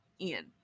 Ian